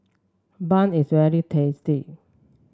bun is very tasty